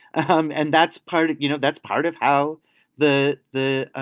um and that's part of you know that's part of how the the